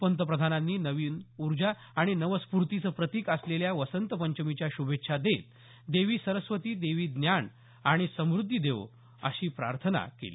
पंतप्रधानांनी नवी ऊर्जा आणि नवस्फूर्तीचं प्रतीक असलेल्या वसंत पंचमीच्या शुभेच्छा देत देवी सरस्वती देवी ज्ञान आणि समृद्धी देवो अशी प्रार्थना केली